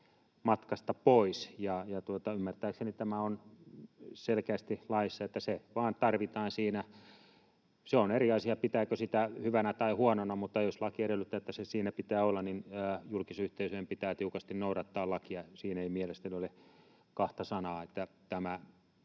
matkasta pois. Ymmärtääkseni tämä on selkeästi laissa, että se vain tarvitaan siinä. Se on eri asia, pitääkö sitä hyvänä vai huonona, mutta jos laki edellyttää, että sen siinä pitää olla, niin julkisyhteisöjen pitää tiukasti noudattaa lakia. Siinä ei mielestäni ole kahta sanaa. Tämä